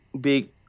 big